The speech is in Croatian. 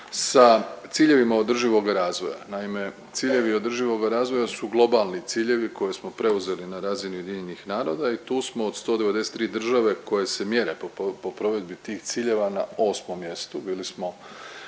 sa ciljevima održivoga razvoja. Naime ciljevi održivoga razvoja su globalni ciljevi koje smo preuzeli na razini UN-a i tu smo od 193 države koje se mjere po provedbi tih ciljeva na 8. mjestu, bili smo